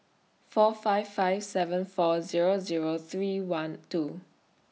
four five five seven four Zero Zero three one two